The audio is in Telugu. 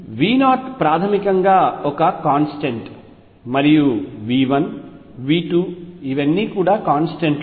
V0 ప్రాథమికంగా ఒక కాంస్టెంట్ మరియు V1 V2 ఇవన్నీ కాంస్టెంట్లు